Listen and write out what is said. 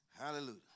Hallelujah